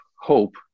hope